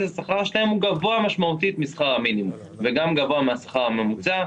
השכר שלהם הוא גבוה משמעותית משכר המינימום וגם גבוה מהשכר הממוצע.